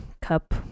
cup